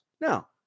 Now